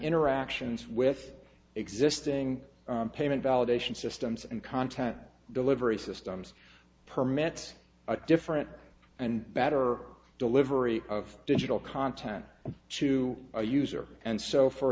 interactions with existing payment validation systems and content delivery systems permits a different and better delivery of digital content to a user and so for